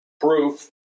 proof